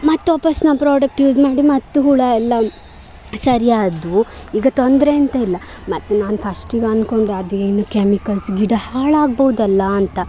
ಮತ್ತು ವಾಪಾಸು ನಾ ಪ್ರೊಡಕ್ಟ್ ಯೂಸ್ ಮಾಡಿ ಮತ್ತು ಹುಳು ಎಲ್ಲ ಸರಿಯಾದವು ಈಗ ತೊಂದರೆ ಎಂಥ ಇಲ್ಲ ಮತ್ತು ನಾನು ಫಸ್ಟಿಗೆ ಅಂದ್ಕೊಂಡೆ ಅದೇನು ಕೆಮಿಕಲ್ಸ್ ಗಿಡ ಹಾಳಾಗ್ಬೌದಲ್ಲ ಅಂತ